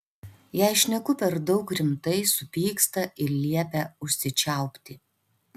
jei šneku per daug rimtai supyksta ir liepia užsičiaupti